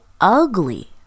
ugly